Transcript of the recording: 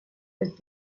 with